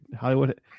Hollywood